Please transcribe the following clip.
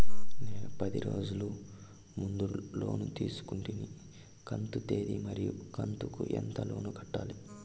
నేను పది రోజుల ముందు లోను తీసుకొంటిని కంతు తేది మరియు కంతు కు ఎంత లోను కట్టాలి?